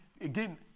again